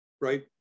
right